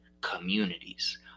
communities